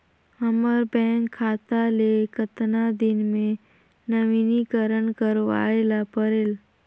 हमर बैंक खाता ले कतना दिन मे नवीनीकरण करवाय ला परेल?